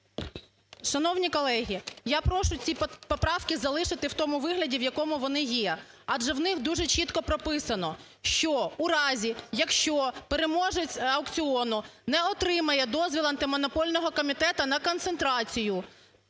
Шановні колеги! Я прошу ці поправки залишити в тому вигляді, в якому вони є. Адже в них дуже чітко прописано, що в разі, якщо переможець аукціону не отримає дозвіл Антимонопольного комітету на концентрацію,